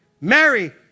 Mary